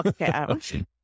Okay